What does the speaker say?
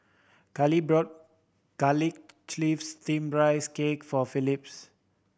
Kale brought Garlic Chives Steamed Rice Cake for Phillis